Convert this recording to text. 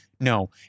No